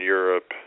Europe